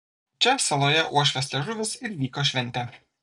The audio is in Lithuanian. čia saloje uošvės liežuvis ir vyko šventė